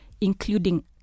including